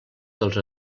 dels